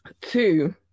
two